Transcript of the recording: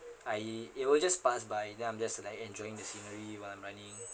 I it will just pass by then I'm just like enjoying the scenery when I'm running